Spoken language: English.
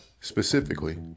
specifically